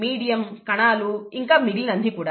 medium కణాలు ఇంకా మిగిలిన అన్ని కూడా